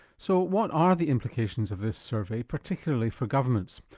so what are the implications of this survey, particularly for governments?